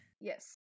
Yes